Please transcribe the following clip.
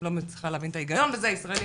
לא מצליחה להבין את ההיגיון וזה ישראליים